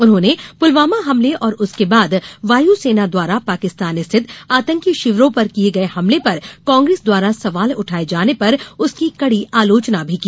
उन्होंने पुलवामा हमले और उसके बाद वायुसेना द्वारा पाकिस्तान स्थित आतंकी शिविरों पर किये गये हमले पर कांग्रेस द्वारा सवाल उठाये जाने पर उसकी कड़ी आलोचना भी की